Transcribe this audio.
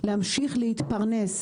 להמשיך להתפרנס.